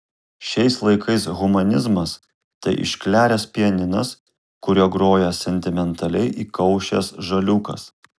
šiais laikais humanizmas tai iškleręs pianinas kuriuo groja sentimentaliai įkaušęs žaliūkas